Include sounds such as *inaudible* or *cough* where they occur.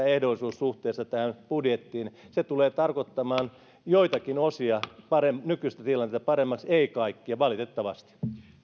*unintelligible* ehdollisuus suhteessa tähän budjettiin tulee tarkoittamaan joitakin osia nykyistä tilannetta paremmiksi ei kaikkia valitettavasti